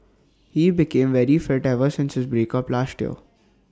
he became very fit ever since his break up last year